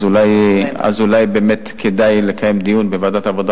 אז אולי באמת כדאי לקיים דיון בוועדת העבודה,